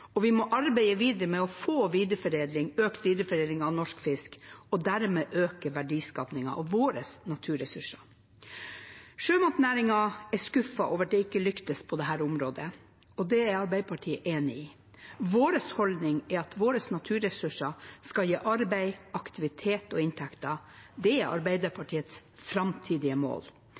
og vi må arbeide videre med å få økt videreforedling av norsk fisk og dermed øke verdiskapingen av våre naturressurser. Sjømatnæringen er skuffet over at det ikke lyktes på dette området, og det er Arbeiderpartiet enig i. Vår holdning er at våre naturressurser skal gi arbeid, aktivitet og inntekt. Det er Arbeiderpartiets framtidige mål.